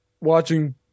watching